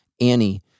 Annie